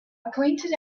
pointed